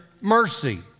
mercy